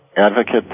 Advocate